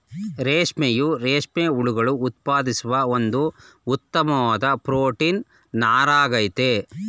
ರೇಷ್ಮೆಯು ರೇಷ್ಮೆ ಹುಳುಗಳು ಉತ್ಪಾದಿಸುವ ಒಂದು ಉತ್ತಮ್ವಾದ್ ಪ್ರೊಟೀನ್ ನಾರಾಗಯ್ತೆ